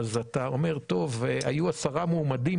אתה אומר שהיו עשרה מועמדים,